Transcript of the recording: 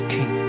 King